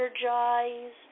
energized